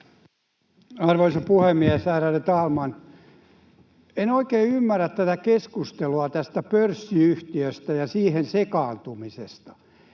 Arvoisa puhemies, ärade talman! En oikein ymmärrä tätä keskustelua tästä pörssiyhtiöstä ja siihen sekaantumisesta.